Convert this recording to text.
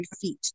feet